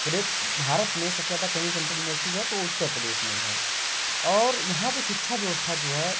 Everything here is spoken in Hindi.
पूरे भारत में सबसे ज़्यादा कई सेंट्रल यूनिवर्सिटीज हैं तो वह उत्तर प्रदेश में है और यहाँ पर शिक्षा व्यवस्था जो है